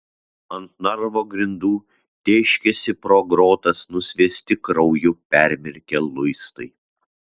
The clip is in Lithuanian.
ant narvo grindų tėškėsi pro grotas nusviesti krauju permirkę luistai